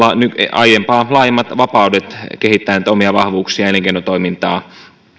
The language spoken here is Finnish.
aiempaa laajemmat vapaudet kehittää niitä omia vahvuuksiaan elinkeinotoimintaa